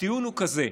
הטיעון הוא כזה: